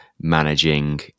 managing